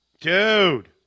Dude